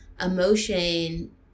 emotion